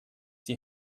die